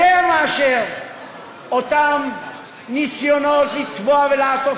יותר מאשר אותם ניסיונות לצבוע ולעקוף